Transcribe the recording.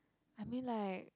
I mean like